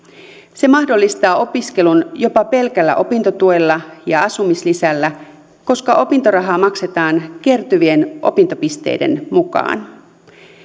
se mahdollistaa opiskelun jopa pelkällä opintotuella ja asumislisällä koska opintorahaa maksetaan kertyvien opintopisteiden mukaan